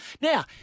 Now